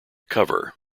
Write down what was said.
cover